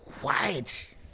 White